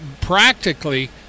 practically